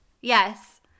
Yes